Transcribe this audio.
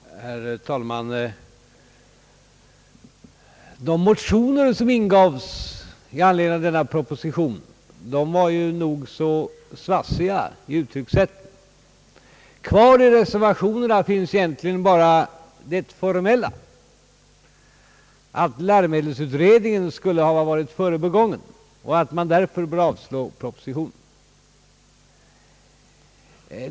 Herr talman! De motioner som väcktes med anledning av föreliggande proposition var nog så svassiga i uttryckssätten. Kvar i reservationerna finns egentligen bara de formella uttalandena att läromedelsutredningen blivit förbigången och att propositionen därför bör avslås.